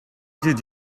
did